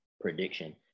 prediction